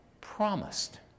promised